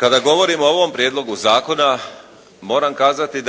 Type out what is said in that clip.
Kada govorimo o ovom prijedlogu zakona, moram kazati